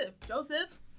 Joseph